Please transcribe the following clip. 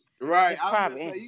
right